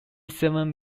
seven